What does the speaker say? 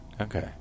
Okay